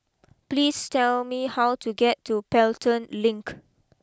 please tell me how to get to Pelton Link